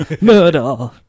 Murder